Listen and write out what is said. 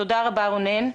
תודה רבה רונן.